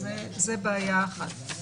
אז זו בעיה אחת.